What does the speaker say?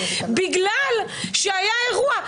בגלל שהיה אירוע,